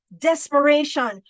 desperation